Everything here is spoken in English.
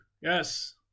yes